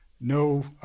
no